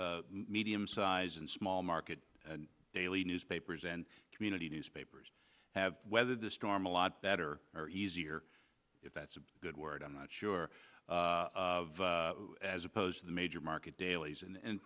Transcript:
medium size and small market daily newspapers and community newspapers have weathered the storm a lot better or easier if that's a good word i'm not sure of as opposed to the major market dailies